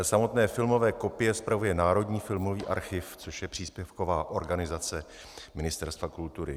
Samotné filmové kopie spravuje Národní filmový archiv, což je příspěvková organizace Ministerstva kultury.